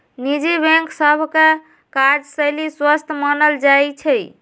निजी बैंक सभ के काजशैली स्वस्थ मानल जाइ छइ